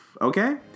Okay